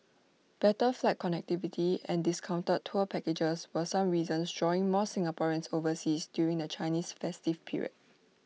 better flight connectivity and discounted tour packages were some reasons drawing more Singaporeans overseas during the Chinese festive period